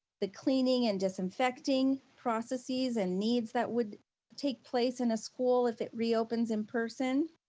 the cleaning and disinfecting processes and needs that would take place in a school if it reopens in-person,